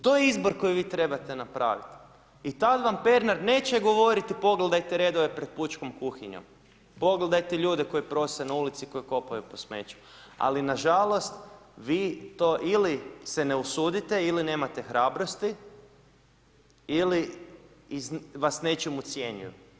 To je izbor koji vi trebate napraviti i tad vam Pernar neće govoriti pogledajte redove pred pučkom kuhinjom, pogledajte ljude koji prose na ulici, koji kopaju po smeću, ali na žalost vi to ili se ne usudite ili nemate hrabrosti ili vas nečim ucjenjuju.